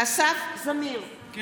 אסף זמיר,